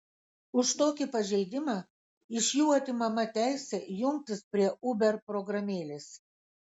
už tokį pažeidimą iš jų atimama teisė jungtis prie uber programėlės